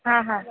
हां हां